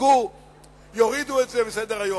יורידו את זה מסדר-היום.